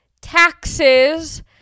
taxes